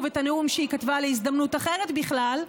את הנאום שהיא כתבה להזדמנות אחרת בכלל,